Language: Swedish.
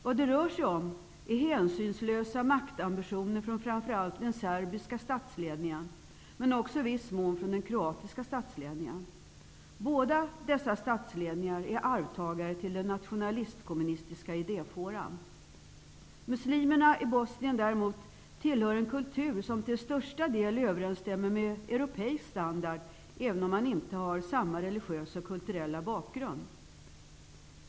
Vad det rör sig om är hänsynslösa maktambitioner framför allt från den serbiska statsledningen men också i viss mån från den kroatiska statsledningen. Båda dessa statsledningar är arvtagare till den nationalist-kommunistiska idéfåran. Muslimerna i Bosnien däremot tillhör en kultur som till största del överensstämmer med europeisk standard, även om man inte har samma religiösa och kulturella bakgrund.